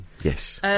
Yes